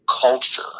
culture